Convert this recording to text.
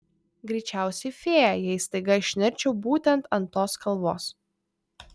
greičiausiai fėja jei staiga išnirčiau būtent ant tos kalvos